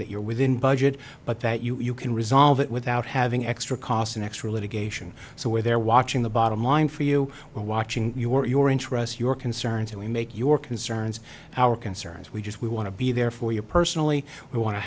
that you're within budget but that you can resolve it without having extra cost an extra litigation so where they're watching the bottom line for you watching you or your interest your concerns and we make your concerns our concerns we just we want to be there for you personally we want to